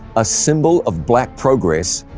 a symbol of black progress,